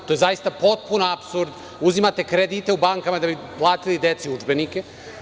To je zaista potpuni apsurd, uzimate kredite u bankama da bi platili deci udžbenike.